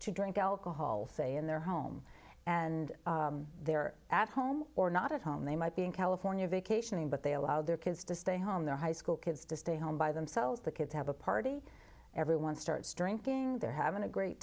to drink alcohol say in their home and they're at home or not at home they might be in california vacationing but they allow their kids to stay home they're high school kids to stay home by themselves the kids have a party everyone starts drinking they're having a great